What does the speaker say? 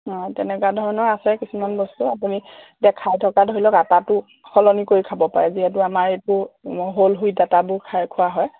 অঁ তেনেকুৱা ধৰণৰ আছে কিছুমান বস্তু আপুনি দেখাই থকা ধৰি লওক আটাটো সলনি কৰি খাব পাৰে যিহেতু আমাৰ এইটো হ'ল হুইট আটাবোৰ খোৱা হয়